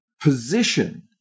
position